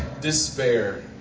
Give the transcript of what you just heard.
despair